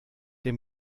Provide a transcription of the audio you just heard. der